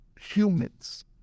humans